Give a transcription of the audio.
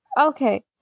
Okay